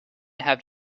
have